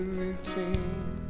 routine